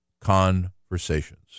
conversations